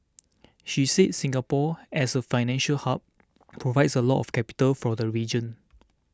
she said Singapore as a financial hub provides a lot of capital for the region